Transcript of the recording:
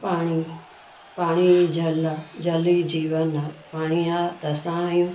पाणी पाणी जल आहे जल ई जीवन आहे पाणी आहे त असां आहियूं